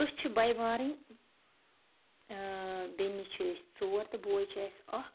أسۍ چھِ بٔے بارٕنۍ بیٚنہِ چھِ أسۍ ژور تہٕ بوے چھِ اَسہِ اَکھ